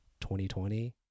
2020